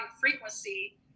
frequency